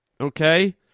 okay